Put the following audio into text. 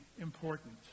important